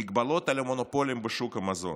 מגבלות על המונופולים בשוק המזון,